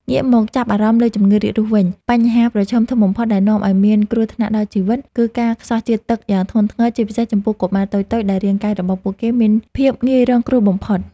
ងាកមកចាប់អារម្មណ៍លើជំងឺរាករូសវិញ បញ្ហាប្រឈមធំបំផុតដែលនាំឱ្យមានគ្រោះថ្នាក់ដល់ជីវិត គឺការខ្សោះជាតិទឹកយ៉ាងធ្ងន់ធ្ងរ ជាពិសេសចំពោះកុមារតូចៗដែលរាងកាយរបស់ពួកគេមានភាពងាយរងគ្រោះបំផុត។